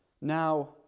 Now